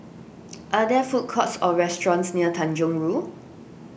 are there food courts or restaurants near Tanjong Rhu